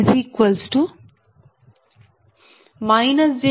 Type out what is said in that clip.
4285 p